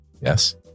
Yes